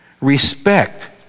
Respect